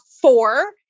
four